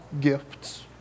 gifts